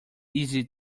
easy